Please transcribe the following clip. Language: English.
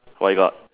what you got